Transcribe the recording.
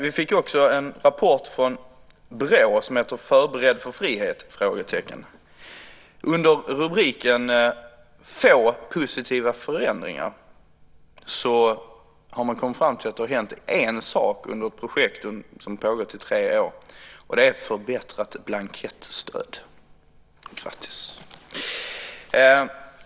Vi har också fått en rapport från BRÅ med titeln Förberedd för frihet? Under rubriken "Få positiva förändringar" har man kommit fram till att det har hänt en sak under projektet i fråga, som pågått i tre år, och det är ett förbättrat blankettstöd.